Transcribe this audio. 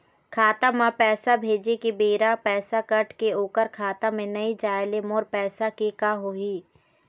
खाता म पैसा भेजे के बेरा पैसा कट के ओकर खाता म नई जाय ले मोर पैसा के का होही?